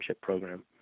program